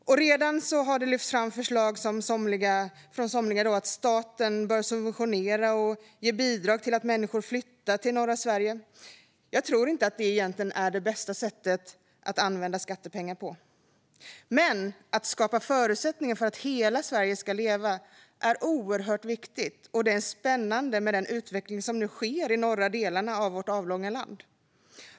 Det har redan lyfts fram förslag från somliga om att staten bör subventionera och ge bidrag för att människor ska flytta till norra Sverige. Jag tror inte att det är det bästa sättet att använda skattepengar på. Men att skapa förutsättningar för att hela Sverige ska leva är oerhört viktigt, och det är spännande med den utveckling som nu sker i norra delarna av vårt avlånga land.